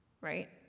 right